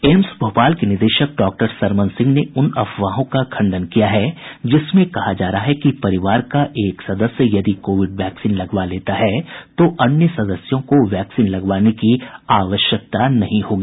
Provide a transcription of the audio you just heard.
AIIMS Bhopal के निदेशक doctor Sarman Singh ने उन अफवाहों का खंडन किया है जिसमें कहा जा रहा है कि परिवार का एक सदस्य यदि कोविड वैक्सीन लगवा लेता है तो अन्य सदस्यों को वैक्सीन लगवाने की जरूरत नहीं होगी